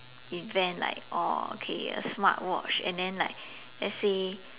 invent like oh okay a smart watch and then like let's say